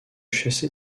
chassé